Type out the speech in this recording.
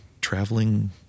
traveling